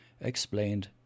explained